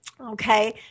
okay